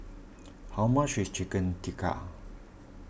how much is Chicken Tikka